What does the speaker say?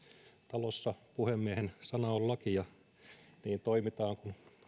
talossa puhemiehen sana on laki ja niin toimitaan